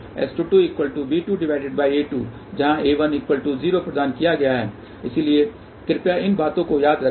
S22b2a2 जहाँ a10 प्रदान किया इसलिए कृपया इन बातों को याद रखें